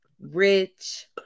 rich